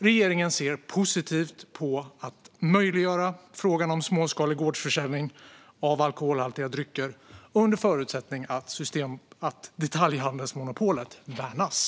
Regeringen ser positivt på att möjliggöra småskalig gårdsförsäljning av alkoholhaltiga drycker under förutsättning att detaljhandelsmonopolet värnas.